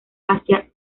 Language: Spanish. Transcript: hacia